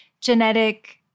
genetic